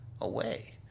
away